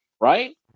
Right